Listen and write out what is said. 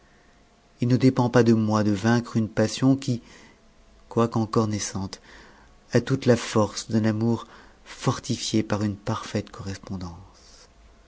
calife ilne dépend pas de moi de vaincre une passion qui quoique encore naissaute a toute la force d'un amour fortifié par une parfaite correspondance